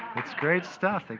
it's great stuff. like